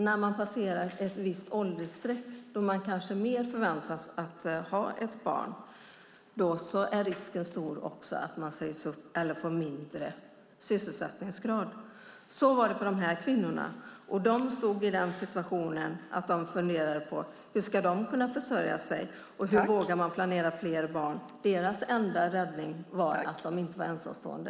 När de passerar ett visst åldersstreck då de kanske förväntas ha barn är risken alltså stor att de får lägre sysselsättningsgrad. Så var det för dessa kvinnor, och de stod i den situationen att de funderade på hur de skulle kunna försörja sig och hur de skulle våga planera fler barn. Deras enda räddning var att de inte var ensamstående.